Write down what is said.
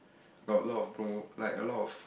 got a lot of promo like a lot of